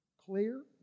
clear